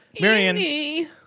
Marion